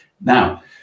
Now